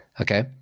Okay